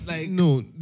no